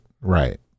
right